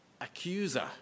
accuser